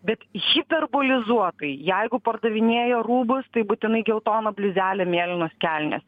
bet hiperbolizuotai jeigu pardavinėja rūbus tai būtinai geltona bliuzelė mėlynos kelnės